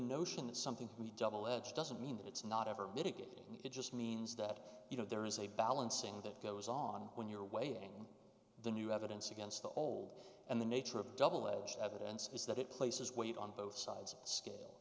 notion that something we double edged doesn't mean that it's not ever mitigating it just means that you know there is a balancing that goes on when you're waiting for the new evidence against the old and the nature of double edged evidence is that it places weight on both sides